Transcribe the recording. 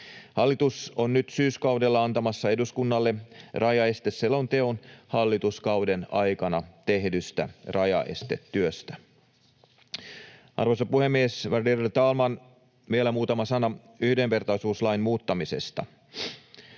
Hallitus on nyt syyskaudella antamassa eduskunnalle rajaesteselonteon hallituskauden aikana tehdystä rajaestetyöstä. Arvoisa puhemies, värderade talman! Vielä muutama sana yhdenvertaisuuslain muuttamisesta.